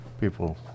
people